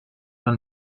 han